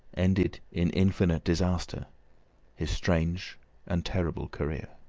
ended in infinite disaster his strange and terrible career.